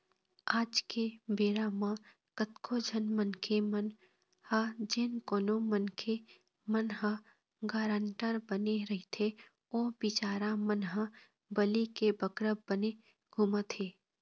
आज के बेरा म कतको झन मनखे मन ह जेन कोनो मनखे मन ह गारंटर बने रहिथे ओ बिचारा मन ह बली के बकरा बने घूमत हें